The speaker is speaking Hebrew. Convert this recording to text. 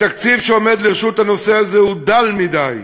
התקציב שעומד לרשות הנושא הזה הוא דל מדי.